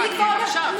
נשיג ועוד איך.